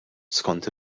skont